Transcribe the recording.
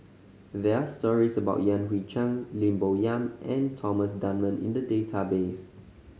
there are stories about Yan Hui Chang Lim Bo Yam and Thomas Dunman in the database